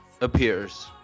appears